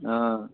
অঁ